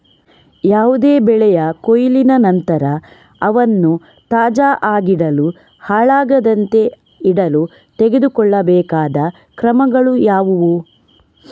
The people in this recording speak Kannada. ಯಾವುದೇ ಬೆಳೆಯ ಕೊಯ್ಲಿನ ನಂತರ ಅವನ್ನು ತಾಜಾ ಆಗಿಡಲು, ಹಾಳಾಗದಂತೆ ಇಡಲು ತೆಗೆದುಕೊಳ್ಳಬೇಕಾದ ಕ್ರಮಗಳು ಯಾವುವು?